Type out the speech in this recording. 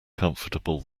comfortable